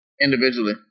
Individually